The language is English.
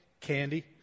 Candy